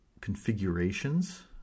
configurations